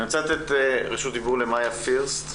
אני רוצה לתת רשות דיבור למאיה פירסט.